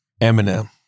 Eminem